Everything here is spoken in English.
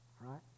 right